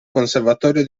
conservatorio